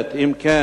2. אם כן,